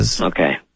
Okay